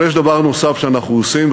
אבל יש דבר נוסף שאנחנו עושים,